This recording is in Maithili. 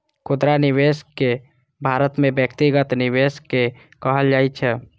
खुदरा निवेशक कें भारत मे व्यक्तिगत निवेशक कहल जाइ छै